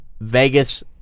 Vegas